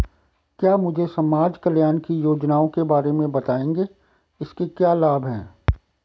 क्या मुझे समाज कल्याण की योजनाओं के बारे में बताएँगे इसके क्या लाभ हैं?